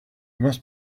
must